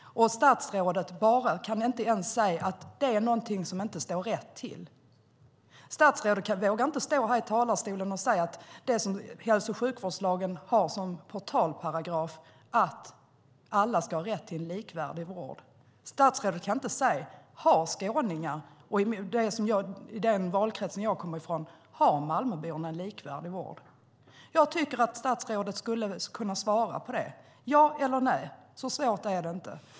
Och statsrådet kan inte ens säga att det är någonting som inte står rätt till. Statsrådet vågar inte stå här i talarstolen och säga det som hälso och sjukvårdslagen har som portalparagraf, att alla ska ha rätt till en likvärdig vård. Statsrådet kan inte säga att skåningar och de i den valkrets som jag kommer från, Malmöborna, har en likvärdig vård. Jag tycker att statsrådet skulle kunna svara på det. Ja eller nej, så svårt är det inte.